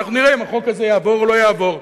נראה אם החוק הזה יעבור או לא יעבור.